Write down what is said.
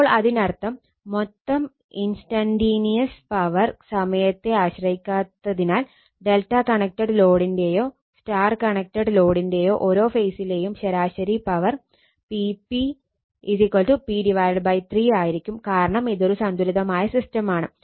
അപ്പോൾ അതിനർത്ഥം മൊത്തം ഇൻസ്റ്റന്റീനിയസ് പവർ സമയത്തെ ആശ്രയിക്കാത്തതിനാൽ Δ കണക്റ്റഡ് ലോഡിന്റെയോ Y കണക്റ്റഡ് ലോഡിന്റെയോ ഓരോ ഫേസിലെയും ശരാശരി പവർ Pp p3 ആയിരിക്കും കാരണം ഇതൊരു സന്തുലിതമായ സിസ്റ്റം ആണ്